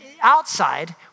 outside